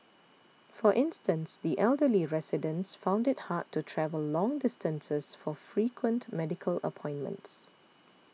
for instance the elderly residents found it hard to travel long distances for frequent medical appointments